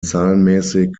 zahlenmäßig